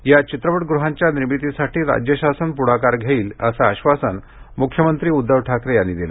या चित्रपटगृहांच्या निर्मितीसाठी राज्य शासन पुढाकार घेईल असं आश्वासन मुख्यमंत्री उद्धव ठाकरे यांनी दिलं